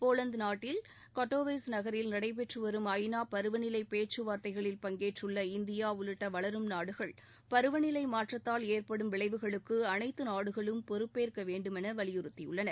Poland நாட்டில் கட்டோவைல் நகரில் நடைபெற்று வரும் ஐநா பருவநிலை பேச்சு வார்த்தைகளில் பங்கேற்றுள்ள இந்தியா உள்ளிட்ட வளரும் நாடுகள் பருவநிலை மாற்றத்தால் ஏற்படும் விளைவுகளுக்கு அனைத்து நாடுகளும் பொறுப்பேற்க வேண்டுமென வலியுறுத்தியுள்ளன